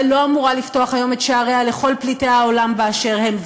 ישראל לא אמורה לפתוח היום את שעריה לכל פליטי העולם באשר הם,